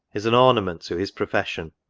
is an ornament to his profession,